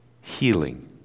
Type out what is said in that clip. Healing